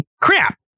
Crap